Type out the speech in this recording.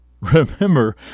Remember